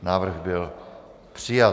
Návrh byl přijat.